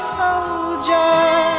soldier